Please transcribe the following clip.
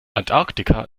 antarktika